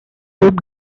group